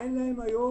אין היום